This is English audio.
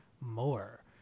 more